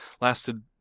lasted